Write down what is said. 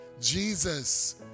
Jesus